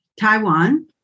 Taiwan